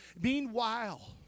meanwhile